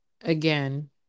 again